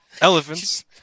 Elephants